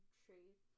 trade